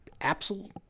absolute